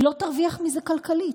היא לא תרוויח מזה כלכלית.